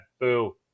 boo